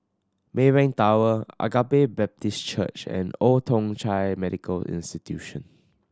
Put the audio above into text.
Maybank Tower Agape Baptist Church and Old Thong Chai Medical Institution